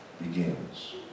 begins